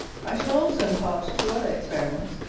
i shall also impart two other experiments,